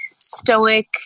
stoic